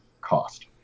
cost